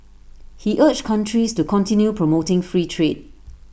he urged countries to continue promoting free trade